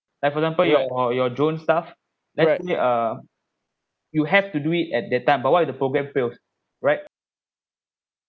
like for example your your drone stuff uh you have to do it at that time but what if the program fail right